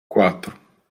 quatro